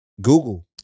Google